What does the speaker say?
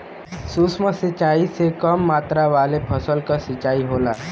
सूक्ष्म सिंचाई से कम मात्रा वाले फसल क सिंचाई होला